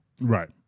Right